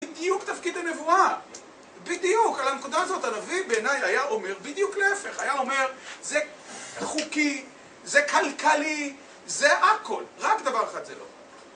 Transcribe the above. בדיוק תפקיד הנבואה, בדיוק, על הנקודה הזאת הנביא בעיניי היה אומר, בדיוק להפך, היה אומר זה חוקי, זה כלכלי, זה הכל, רק דבר אחד זה לא